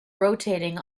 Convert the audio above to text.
rotating